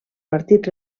partit